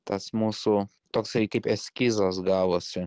tas mūsų toksai kaip eskizas gavosi